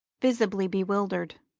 visibly bewildered.